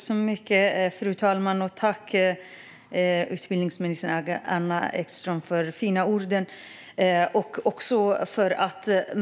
Fru talman! Tack, utbildningsminister Anna Ekström, för de fina orden!